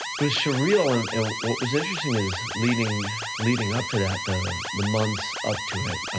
was surreal, and what was interesting is leading leading up to that, the the months up to it,